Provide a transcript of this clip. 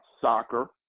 soccer